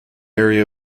area